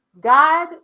God